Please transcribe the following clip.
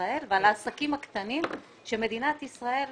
ישראל ועל העסקים הקטנים שמדינת ישראל,